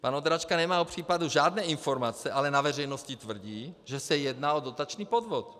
Pan Ondráčka nemá o případu žádné informace, ale na veřejnosti tvrdí, že se jedná o dotační podvod.